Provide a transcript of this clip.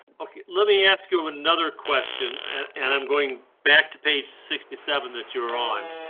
let me ask you another question and i'm going back to page sixty seven that you're on.